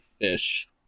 fish